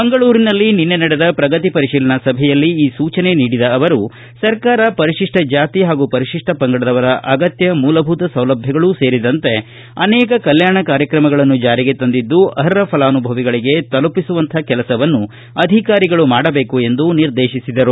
ಮಂಗಳೂರಿನಲ್ಲಿ ನಿನ್ನೆ ನಡೆದ ಪ್ರಗತಿ ಪರಿಶೀಲನಾ ಸಭೆಯಲ್ಲಿ ಈ ಸೂಚನೆ ನೀಡಿದ ಅವರು ಸರ್ಕಾರ ಪರಿಶಿಷ್ಷ ಜಾತಿ ಹಾಗೂ ಪರಿಶಿಷ್ಟ ಪಂಗಡದವರ ಅಗತ್ಯ ಮೂಲಭೂತ ಸೌಲಭ್ಯಗಳು ಸೇರಿದಂತೆ ಅನೇಕ ಕಲ್ಗಾಣ ಕಾರ್ಯಕ್ರಮಗಳನ್ನು ಜಾರಿಗೆ ತಂದಿದ್ಲು ಅರ್ಹ ಫಲಾನುಭವಿಗಳಿಗೆ ತಲುಪಿಸುವಂತಹ ಕೆಲಸವನ್ನು ಅಧಿಕಾರಿಗಳು ಮಾಡಬೇಕು ಎಂದು ನಿರ್ದೇಶಿಸಿದರು